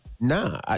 Nah